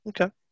Okay